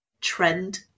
trend